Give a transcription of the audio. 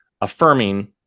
affirming